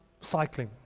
cycling